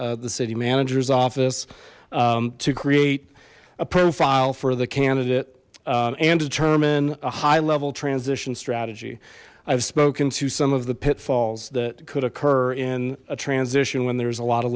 the city manager's office to create a profile for the candidate and determine a high level transition strategy i've spoken to some of the pitfalls that could occur in a transition when there's a lot of